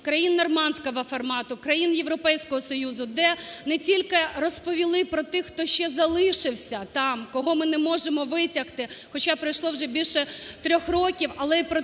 країн "нормандського формату", країн Європейського Союзу, де не тільки розповіли про тих, хто ще залишився там, кого ми не можемо витягти, хоча пройшло вже більше трьох років, але й про